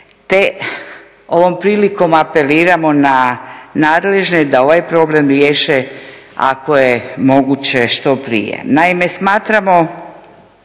te ovom prilikom apeliramo na nadležne da ovaj problem riješe ako je moguće što prije.